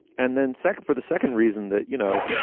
and then second, for the second reason that, you know,